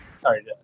sorry